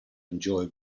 enjoy